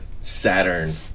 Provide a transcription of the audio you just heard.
Saturn